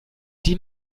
die